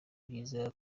byiza